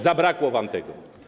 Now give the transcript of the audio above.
Zabrakło wam tego.